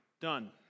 Done